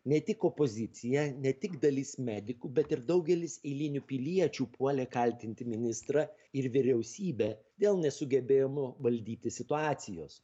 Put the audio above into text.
ne tik opozicija ne tik dalis medikų bet ir daugelis eilinių piliečių puolė kaltinti ministrą ir vyriausybę dėl nesugebėjimo valdyti situacijos